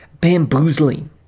bamboozling